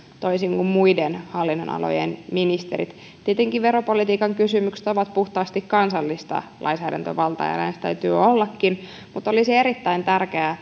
kuin muiden hallinnonalojen ministerit tietenkin veropolitiikan kysymykset ovat puhtaasti kansallista lainsäädäntövaltaa ja näinhän sen täytyy ollakin mutta olisi erittäin tärkeää